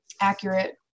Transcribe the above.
Accurate